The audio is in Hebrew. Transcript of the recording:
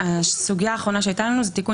הסוגיה האחרונה שהייתה לנו זה תיקון